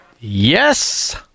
Yes